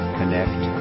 connect